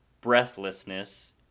breathlessness